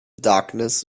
darkness